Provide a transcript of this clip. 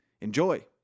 Enjoy